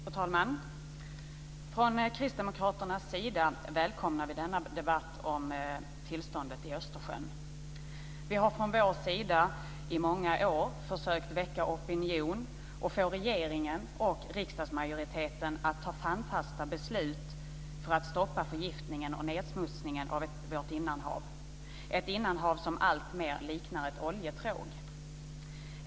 Fru talman! Från kristdemokraternas sida välkomnar vi denna debatt om tillståndet i Östersjön. Vi har från vår sida i många år försökt väcka opinion och få regeringen och riksdagsmajoriteten att fatta handfasta beslut för att stoppa förgiftningen och nedsmutsningen av vårt innanhav, ett innanhav som alltmer liknar ett oljetråg.